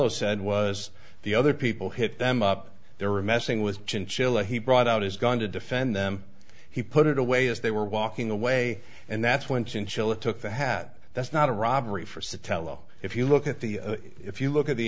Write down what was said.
telo said was the other people hit them up they were messing with chinchilla he brought out his gun to defend them he put it away as they were walking away and that's when chinchilla took the hat that's not a robbery for sit tello if you look at the if you look at the